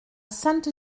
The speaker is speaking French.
sainte